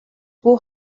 бүү